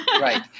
Right